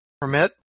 permit